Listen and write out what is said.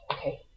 okay